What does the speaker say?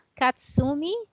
Katsumi